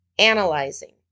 Analyzing